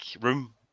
room